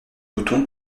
bouton